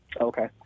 Okay